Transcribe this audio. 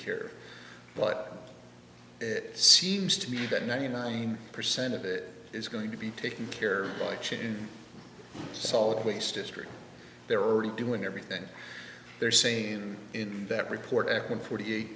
care but it seems to me that ninety nine percent of it is going to be taken care of like shit in solid waste district there are doing everything they're saying in that report at one forty eight